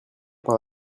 par